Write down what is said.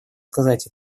сказать